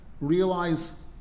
realize